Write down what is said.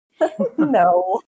No